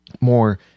more